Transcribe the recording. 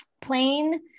plain